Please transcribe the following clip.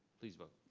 please vote.